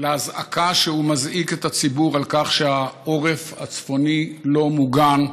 לאזעקה שהוא מזעיק את הציבור על כך שהעורף הצפוני לא מוגן.